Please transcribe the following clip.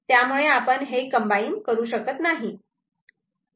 त्यामुळे आपण हे कम्बाईन करू शकत नाही